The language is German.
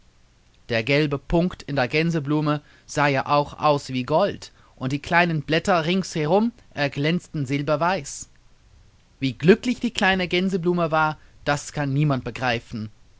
der gelbe punkt in der gänseblume sah ja auch aus wie gold und die kleinen blätter ringsherum erglänzten silberweiß wie glücklich die kleine gänseblume war das kann niemand begreifen